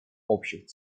общих